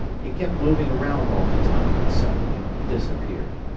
he kept moving around all the time and suddenly disappeared.